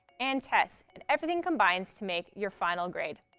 and tests and everything combines to make your final grade.